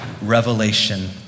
revelation